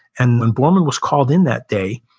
and when borman was called in that day,